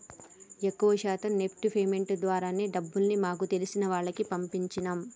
ఎక్కువ శాతం NEFT payments ద్వారానే డబ్బుల్ని మాకు తెలిసిన వాళ్లకి పంపించినం